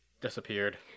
disappeared